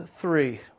three